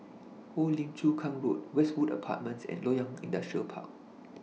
Old Lim Chu Kang Road Westwood Apartments and Loyang Industrial Park